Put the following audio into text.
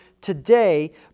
today